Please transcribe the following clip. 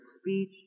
speech